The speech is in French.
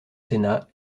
sénat